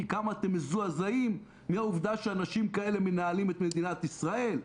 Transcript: כמה אתם מזועזעים מהעובדה שאנשים כאלה מנהלים את מדינת ישראל,